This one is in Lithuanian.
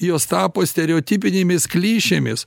jos tapo stereotipinėmis klišėmis